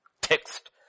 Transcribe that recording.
text